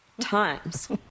times